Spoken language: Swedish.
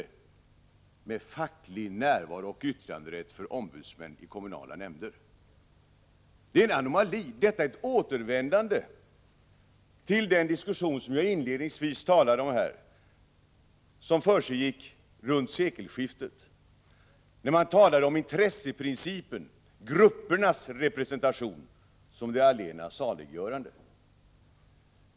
a Närvarorätt för perso med facklig närvarooch yttranderätt för ombudsmän i kommunala nämnöres rk der? Det är en anomali. - rg 25 ; Detta är ett återvändande till den diskussion som jag inledningsvis talade STRHTIGLA NETTECET, m.m. om, som försiggick runt sekelskiftet, när man talade om intresseprincipen, gruppernas representation, som det allena saliggörande.